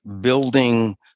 building